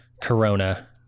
corona